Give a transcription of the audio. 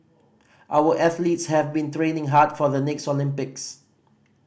our athletes have been training hard for the next Olympics